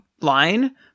line